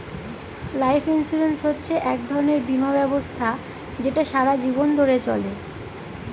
life insurance হচ্ছে এক ধরনের বীমা ব্যবস্থা যেটা সারা জীবন ধরে চলে